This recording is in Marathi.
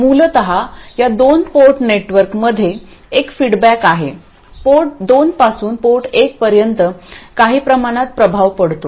मूलत या दोन पोर्ट नेटवर्कमध्ये एक फीडबॅक आहे पोर्ट दोन पासून पोर्ट एक पर्यंत काही प्रमाणात प्रभाव पडतो